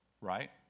right